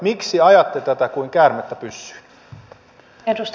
miksi ajatte tätä kuin käärmettä pyssyyn